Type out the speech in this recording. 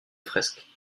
fresques